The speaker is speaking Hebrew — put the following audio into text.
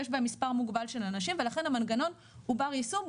יש בהן מספר מוגבל של אנשים ולכן המנגנון הוא בר יישום.